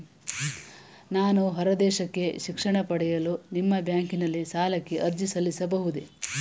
ನಾನು ಹೊರದೇಶಕ್ಕೆ ಶಿಕ್ಷಣ ಪಡೆಯಲು ನಿಮ್ಮ ಬ್ಯಾಂಕಿನಲ್ಲಿ ಸಾಲಕ್ಕೆ ಅರ್ಜಿ ಸಲ್ಲಿಸಬಹುದೇ?